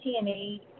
TNA